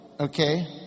Okay